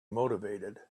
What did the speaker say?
motivated